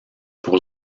pour